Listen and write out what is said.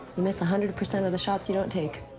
miss a hundred percent of the shots you don't take.